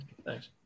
Thanks